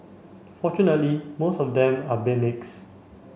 fortunately most of them are